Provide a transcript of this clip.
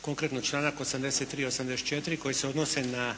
Konkretno članak 83., 84. koji se odnose na